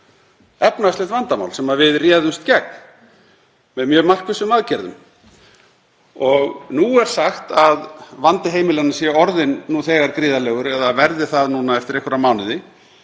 efnahagslegt vandamál sem við réðumst gegn með mjög markvissum aðgerðum. Nú er sagt að vandi heimilanna sé nú þegar orðinn gríðarlegur eða verði það eftir einhverja mánuði.